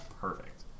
perfect